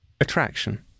Attraction